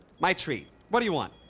my treat. what do you want?